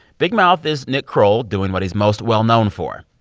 big mouth is nick kroll doing what he's most well-known for,